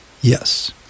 Yes